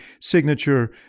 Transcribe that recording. signature